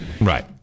right